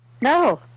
No